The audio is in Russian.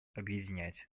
объединять